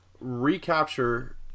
recapture